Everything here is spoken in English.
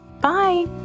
Bye